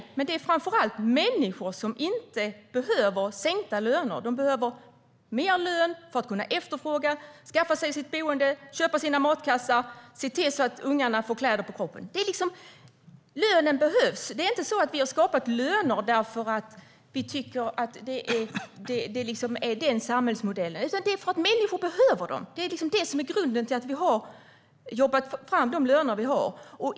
Det människor framför allt inte behöver är sänkta löner. De behöver högre lön för att kunna skaffa sig ett boende, köpa mat och se till att ungarna får kläder på kroppen. Lönen behövs. Vi har inte skapat löner därför att vi har den samhällsmodellen. Det är för att människor behöver sin lön. Det är det som är grunden till att vi har de löner som vi har.